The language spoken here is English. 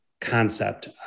concept